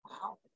wow